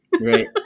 Right